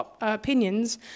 opinions